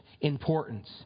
importance